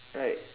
like